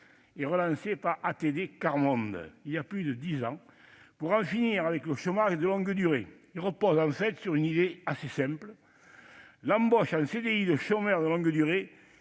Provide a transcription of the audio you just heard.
et relancé par ATD Quart Monde il y a près de dix ans pour en finir avec le chômage de longue durée. Il repose en fait sur une idée assez simple : l'embauche en CDI de chômeurs de longue durée